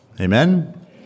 Amen